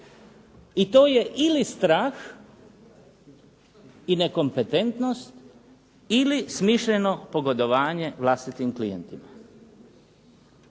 i to je ili strah i nekompetentnost ili smišljeno pogodovanje vlastitim klijentima.